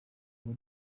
were